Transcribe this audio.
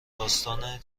داستان